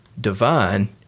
divine